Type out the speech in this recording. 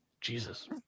Jesus